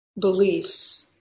beliefs